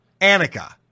Anika